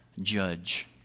judge